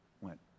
went